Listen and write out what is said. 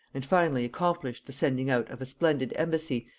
and finally accomplished the sending out of a splendid embassy,